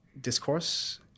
discourse